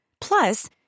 Plus